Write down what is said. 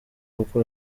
kuko